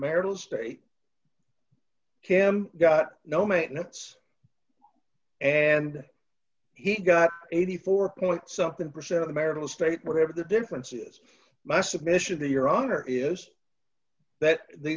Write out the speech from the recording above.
marital state him got no maintenance and he got eighty four point something percent of the marital state whatever the difference is my submission to your honor is that the